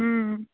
हूँ